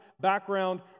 background